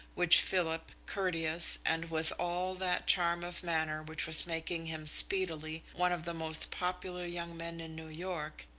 which philip, courteous, and with all that charm of manner which was making him speedily one of the most popular young men in new york,